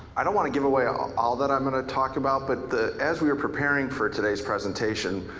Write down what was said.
i don't want to give away all all that i'm gonna talk about but as we're preparing for today's presentation,